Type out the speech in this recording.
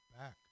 back